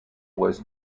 was